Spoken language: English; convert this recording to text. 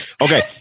Okay